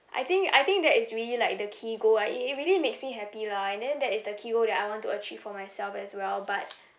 I think I think that is really like the key goal ah i~ it really makes me happy lah and then that is the key goal that I want to achieve for myself as well but